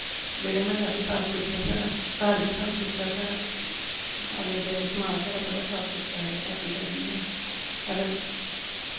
बेह्ड़ा म्हल्ला बी साफ सुथरा साढ़ा घर बी साफ सुथरा साढ़ा आले दुआले समाज साढ़ा बड़ा साफ सुथरा ऐ ऐसी गल्ल नि ऐ साढ़ा